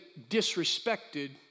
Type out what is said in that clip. disrespected